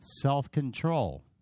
Self-control